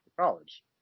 college